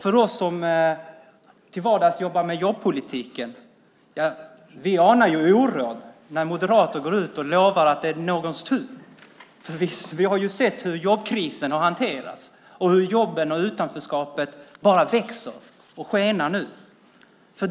Vi som till vardags sysslar med jobbpolitiken anar oråd när moderater går ut och lovar att det är någons tur. Vi har ju sett hur jobbkrisen har hanterats och hur utanförskapet bara växer och skenar.